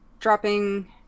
dropping